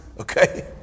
okay